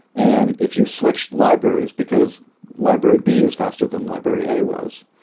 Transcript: and if you switched libraries because library b is faster than library a was,